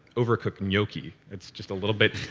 overcooked gnocchi. it's just a little bit,